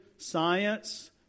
Science